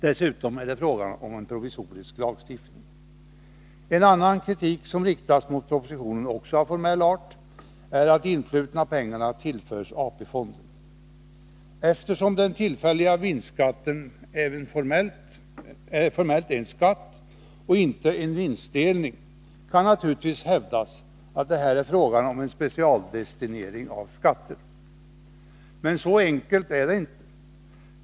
Dessutom är det fråga om en provisorisk lagstiftning. En annan kritik, också av formell art, som riktats mot propositionen är att de influtna pengarna tillförs AP-fonden. Eftersom den tillfälliga vinstskatten formellt är en skatt och inte en vinstdelning, kan det naturligtvis hävdas att det är fråga om en specialdestinering av skatter här. Men så enkelt är det inte.